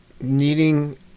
needing